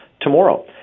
tomorrow